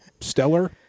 Stellar